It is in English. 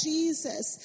Jesus